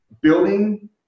building